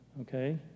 Okay